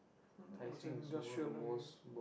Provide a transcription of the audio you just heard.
Mountbatten industrial area